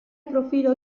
profilo